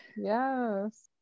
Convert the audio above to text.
Yes